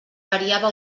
variava